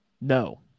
No